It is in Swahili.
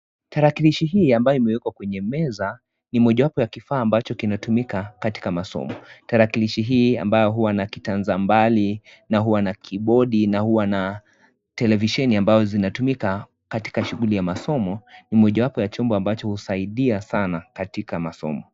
Tarakilishi hii ambayo imewekwa kwenye meza ni mojawapo ya kifaa ambacho kinatumika katika masomo. Tarakilishi hii ambayo huwa na kitanza mbali na huwa na kibodi na huwa na televisheni ambayo inatumika katika shughuli ya masomo ni mojawapo ya chombo ambacho husaidia sana katika masomo.